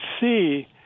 see